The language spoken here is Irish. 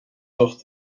ucht